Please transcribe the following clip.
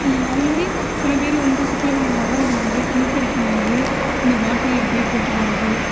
அதுமாதிரி சிலபேர் வந்து சுற்றுலாப்பயணிகள் வரவங்க வந்து டிரிங்க்ஸ் அடிக்கும் போது அந்த பாட்டில அப்படியே போட்டு போகிறது